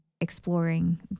exploring